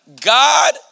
God